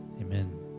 amen